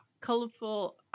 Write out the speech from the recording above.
colorful